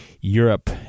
Europe